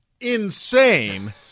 insane